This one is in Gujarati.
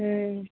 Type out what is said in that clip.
હમ